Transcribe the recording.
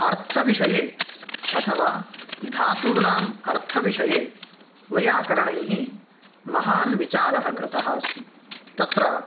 अर्थविषये अथवा धातूनाम् अर्थविषये वैयाकरणैः महान् विचारः कृतः अस्ति तत्र